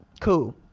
Cool